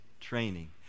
training